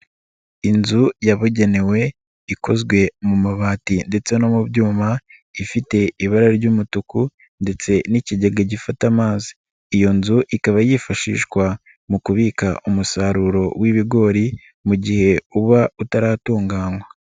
Inzu yabugenewe ikozwe mu mabati ndetse no mu byuma, ifite ibara ry'umutuku ndetse n'ikigega gifata amazi. Iyo nzu ikaba yifashishwa mu kubika umusaruro w'ibigori mu gihe uba utaratunganywa.